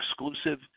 exclusive